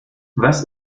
was